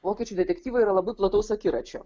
vokiečių detektyvai yra labai plataus akiračio